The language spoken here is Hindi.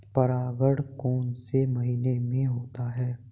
परागण कौन से महीने में होता है?